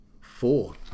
Four